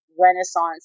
renaissance